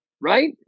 right